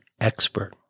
expert